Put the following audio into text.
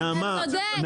אתה צודק,